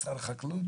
משרד החקלאות,